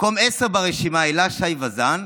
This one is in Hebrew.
מקום עשירי ברשימה, הילה שי וזאן,